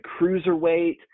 cruiserweight